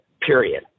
period